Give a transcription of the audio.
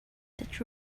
that